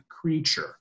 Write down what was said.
creature